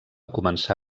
començà